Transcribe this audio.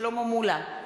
שלמה מולה,